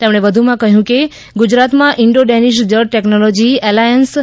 તેમણે કહ્યું કે ગુજરાતમાં ઇન્ડો ડેનિશ જળ ટેકનોલોજી એલાયન્સ આઈ